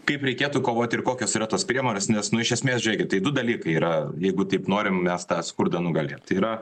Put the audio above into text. kaip reikėtų kovoti ir kokios yra tos priemonės nes nu iš esmės žėkit tai du dalykai yra jeigu taip norim mes tą skurdą nugalėt tai yra